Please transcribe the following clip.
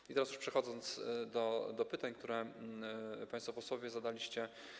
I teraz już przechodzę do pytań, które państwo posłowie zadaliście.